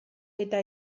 eta